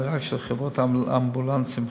אלא רק של חברות אמבולנסים אחרות,